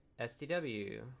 SDW